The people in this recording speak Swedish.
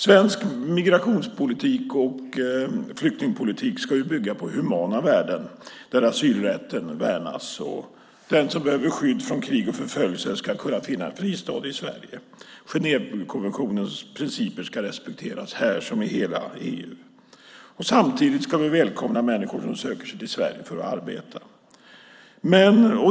Svensk migrationspolitik och flyktingpolitik ska ju bygga på humana värden där asylrätten värnas. Den som behöver skydd från krig och förföljelse ska kunna finna en fristad i Sverige. Genèvekonventionens principer ska respekteras här liksom i hela EU. Samtidigt ska vi välkomna människor som söker sig till Sverige för att arbeta.